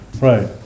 Right